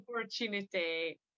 opportunity